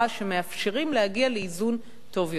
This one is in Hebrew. שמאפשרים להגיע לאיזון טוב יותר.